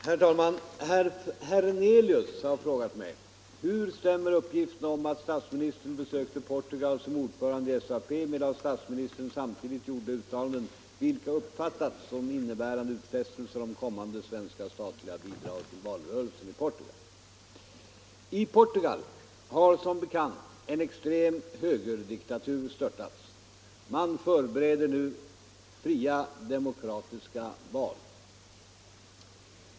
Herr talman! Herr Hernelius har frågat mig: Hur stämmer uppgifterna om att statsministern besökte Portugal som ordförande i SAP med av statsministern samtidigt gjorda uttalanden, vilka uppfattats som innebärande utfästelser om kommande svenska statliga bidrag till valrörelsen i Portugal? I Portugal har som bekant en extrem högerdiktatur störtats. Man förbereder nu fria demokratiska val.